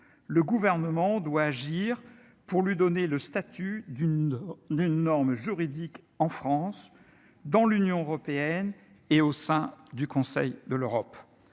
le gouvernement doit agir pour lui donner le statut d'une d'une norme juridique en France dans l'Union européenne et au sein du Conseil de l'Europe